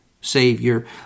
savior